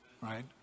right